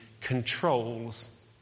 controls